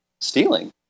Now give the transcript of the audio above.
stealing